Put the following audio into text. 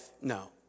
No